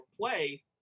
play